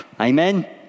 Amen